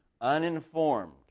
uninformed